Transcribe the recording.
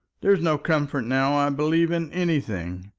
there is no comfort now, i believe, in anything.